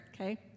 okay